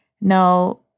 Now